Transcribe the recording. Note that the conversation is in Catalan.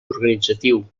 organitzatiu